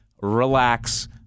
Relax